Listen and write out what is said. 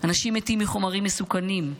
אנשים מתים מחומרים מסוכנים,